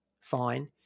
Fine